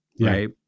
right